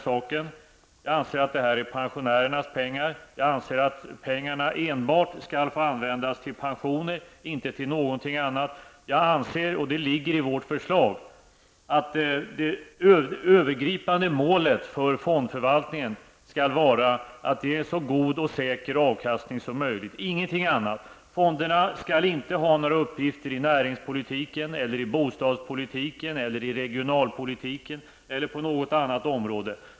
Jag anser att det är pensionärernas pengar och att de enbart skall användas till utbetalning av pensioner. Det ligger i vårt förslag att det övergripande målet för fondförvaltningen är att avkastningen blir så hög som möjligt. Fonderna skall inte ha några uppgifter i näringspolitiken, i bostadspolitiken, i regionalpolitiken eller på något annat område.